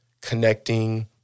connecting